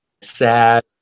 sad